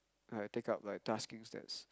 like take up like tasking steps